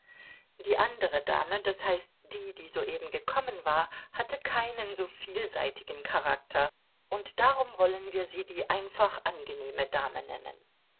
die andere dame d h die die soeben gekommen war hatte keinen so vielseitigen charakter und darum wollen wir sie die einfach angenehme dame nennen